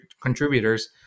contributors